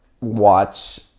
watch